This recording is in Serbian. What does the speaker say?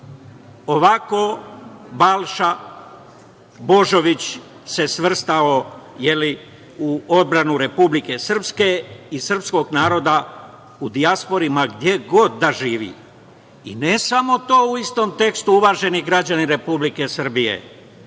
se Balša Božović svrstao u odbranu Republike Srpske i srpskog naroda u dijaspori, ma gde god da živi. I ne samo to. U istom tekstu, uvaženi građani Republike Srbije,